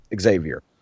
Xavier